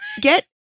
get